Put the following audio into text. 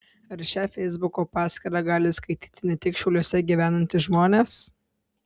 ar šią feisbuko paskyrą gali skaityti ne tik šiauliuose gyvenantys žmonės